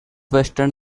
western